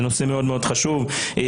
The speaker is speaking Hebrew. תודה.